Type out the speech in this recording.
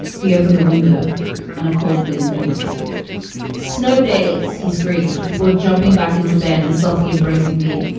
he opened the window and a cold wind entered snow days. he screamed before jumping back into bed and softly embracing me.